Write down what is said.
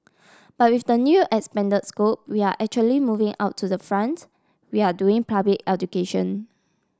but with the new expanded scope we are actually moving out to the front we are doing public education